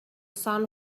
sun